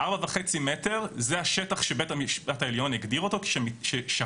4.5 מ"ר זה השטח שבית המשפט העליון הגדיר ששהות